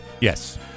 Yes